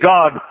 God